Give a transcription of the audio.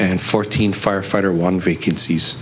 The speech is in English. and fourteen firefighter one vacancies